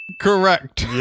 Correct